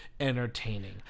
Entertaining